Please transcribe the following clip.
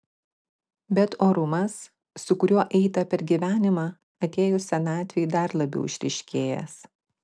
bet orumas su kuriuo eita per gyvenimą atėjus senatvei dar labiau išryškėjęs